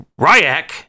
Ryak